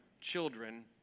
children